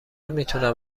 میتونم